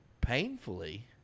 painfully